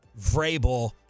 Vrabel